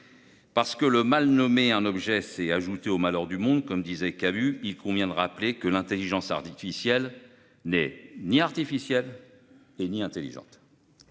Parce que « mal nommer un objet, c'est ajouter au malheur de ce monde », comme disait Albert Camus, il convient de rappeler que l'intelligence artificielle n'est ni artificielle ni intelligente.